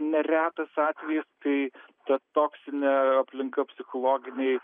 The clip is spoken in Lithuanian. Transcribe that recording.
neretas atvejis kai ta toksinė aplinka psichologiniai